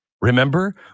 Remember